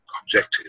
objective